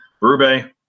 Rube